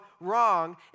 wrong